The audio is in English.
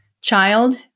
child